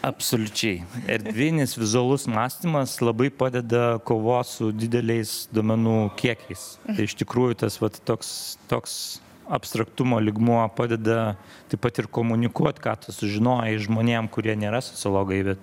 absoliučiai erdvinis vizualus mąstymas labai padeda kovot su dideliais duomenų kiekiais iš tikrųjų tas vat toks toks abstraktumo lygmuo padeda taip pat ir komunikuot ką tu sužinojai žmonėm kurie nėra sociologai bet